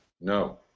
No